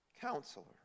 Counselor